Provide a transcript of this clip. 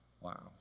wow